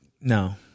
no